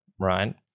Right